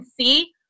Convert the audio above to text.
see